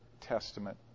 Testament